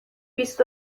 بیست